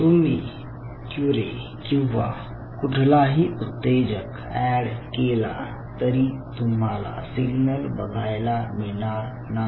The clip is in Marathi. तुम्ही क्युरे किंवा कुठलाही उत्तेजक एड केला तरी तुम्हाला सिग्नल बघायला मिळणार नाही